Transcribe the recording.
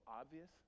obvious